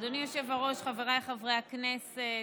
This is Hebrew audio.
אדוני היושב-ראש, חבריי חברי הכנסת,